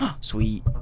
Sweet